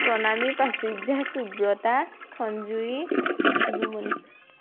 Pranami Prachurya Subrata Khanjuri Jumoni